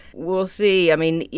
we'll see. i mean,